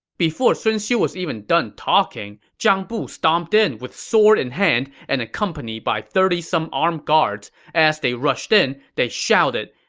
before sun xiu was even done talking, zhang bu stomped in with sword in hand and accompanied by thirty some armed guards. as they rushed in, they shouted,